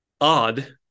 odd